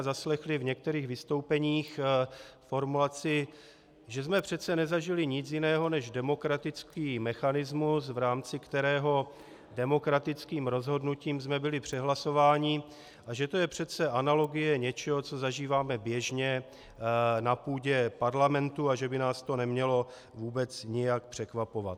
Zaslechli jsme tady dnes v některých vystoupeních formulaci, že jsme přece nezažili nic jiného než demokratický mechanismus, v jehož rámci demokratickým rozhodnutím jsme byli přehlasováni, a že to je přece analogie něčeho, co zažíváme běžně na půdě parlamentu, a že by nás to nemělo vůbec nějak překvapovat.